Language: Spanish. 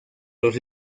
los